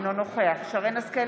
אינו נוכח שרן מרים השכל,